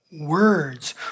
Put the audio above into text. words